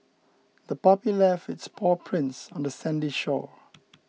the puppy left its paw prints on the sandy shore